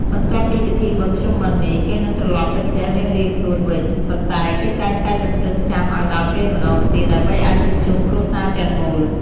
បន្ទាប់ពីពិធីបុណ្យភ្ជុំបិណ្ឌនេះ គេនឹងត្រឡប់ទៅផ្ទះរៀងៗខ្លួនវិញ ប៉ុន្តែគេតែងតែទន្ទឹងចាំឱ្យដល់ពេលម្ដងទៀត ដើម្បីអាចជួបជុំគ្រួសារទាំងមូល។